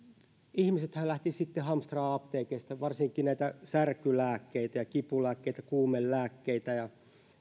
ihmisethän lähtivät hamstraamaan apteekeista varsinkin särkylääkkeitä ja kipulääkkeitä kuumelääkkeitä ja